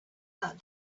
that